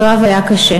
הקרב היה קשה,